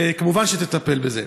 וכמובן, שתטפל בזה.